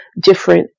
different